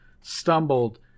stumbled